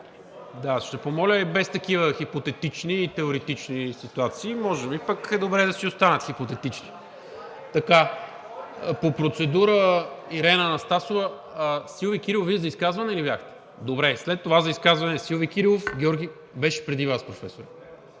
Ще помоля и без такива хипотетични и теоретични ситуации. Може би пък е добре да си останат хипотетични. По процедура Ирена Анастасова. Силви Кирилов, Вие за изказване ли бяхте? Добре, след това за изказване Силви Кирилов. Силви Кирилов, Георги